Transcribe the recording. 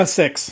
six